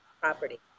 property